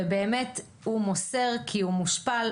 והוא מוסר כי הוא מושפל,